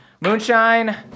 Moonshine